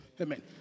Amen